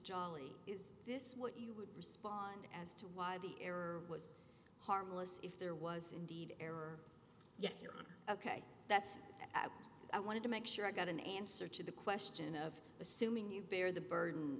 jolly is this what you would respond as to why the error was harmless if there was indeed error ok that's i wanted to make sure i got an answer to the question of assuming you bear the burden